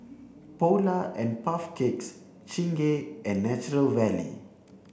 Polar and Puff Cakes Chingay and Nature Valley